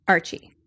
Archie